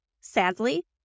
Sadly